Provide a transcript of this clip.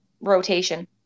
rotation